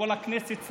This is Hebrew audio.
כל הכנסת,